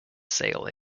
sale